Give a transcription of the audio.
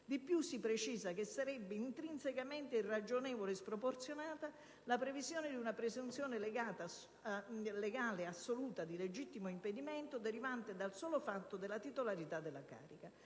Di più: si precisa che "sarebbe intrinsecamente irragionevole e sproporzionata (...) la previsione di una presunzione legale assoluta di legittimo impedimento derivante dal solo fatto della titolarità della carica.